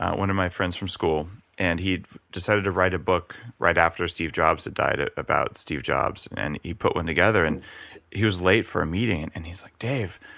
one of my friends from school. and he'd decided to write a book right after steve jobs had died, ah about steve jobs. and he put one together. and he was late for a meeting. and he's like, dave,